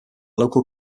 local